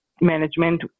management